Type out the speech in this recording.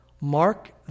Mark